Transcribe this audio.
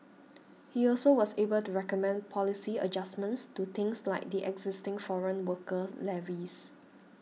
he also was able to recommend policy adjustments to things like the existing foreign worker levies